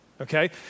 okay